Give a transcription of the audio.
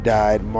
died